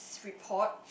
this report